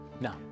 No